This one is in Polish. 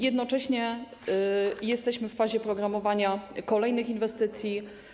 Jednocześnie jesteśmy w fazie programowania kolejnych inwestycji.